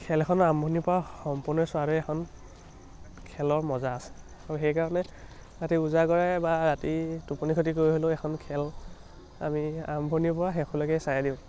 খেলখন আৰম্ভণি পৰা সম্পূৰ্ণ চোৱাটোৱে এখন খেলৰ মজা আছে আৰু সেইকাৰণে ৰাতি ওজাগৰে বা ৰাতি টোপনি ক্ষতি কৰি হ'লেও এখন খেল আমি আৰম্ভণিৰ পৰা শেষলৈকে চাই দিওঁ